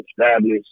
established